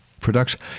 Production